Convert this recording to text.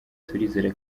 turizera